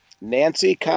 Nancy